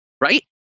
right